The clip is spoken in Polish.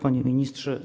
Panie Ministrze!